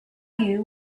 you